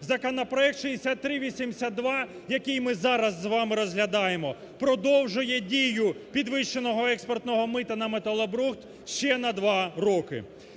Законопроект 6382, який ми зараз з вами розглядаємо, продовжує дію підвищеного експортного мита на металобрухт ще на два роки.